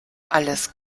alles